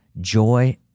joy